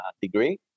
degree